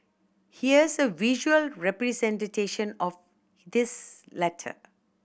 here's a visual representation of this letter